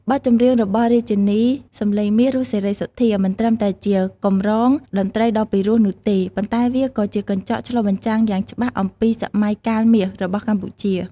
បទចម្រៀងរបស់រាជិនីសំឡេងមាស រស់ សេរីសុទ្ធា មិនត្រឹមតែជាកម្រងតន្ត្រីដ៏ពីរោះនោះទេ ប៉ុន្តែវាក៏ជាកញ្ចក់ឆ្លុះបញ្ចាំងយ៉ាងច្បាស់អំពី "សម័យកាលមាស" របស់កម្ពុជា។